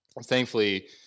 thankfully